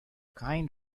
kind